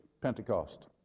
Pentecost